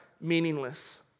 meaningless